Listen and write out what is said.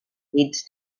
leads